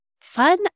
fun